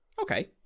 Okay